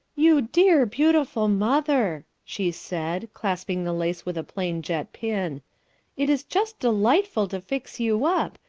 you dear, beautiful mother, she said, clasping the lace with a plain jet pin it is just delightful to fix you up,